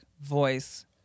voice